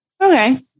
Okay